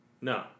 No